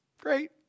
Great